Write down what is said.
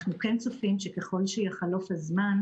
אנחנו כן צופים שככל שיחלוף הזמן,